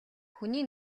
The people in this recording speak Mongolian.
хүний